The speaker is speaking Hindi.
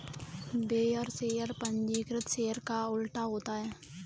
बेयरर शेयर पंजीकृत शेयर का उल्टा होता है